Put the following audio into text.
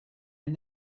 and